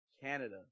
Canada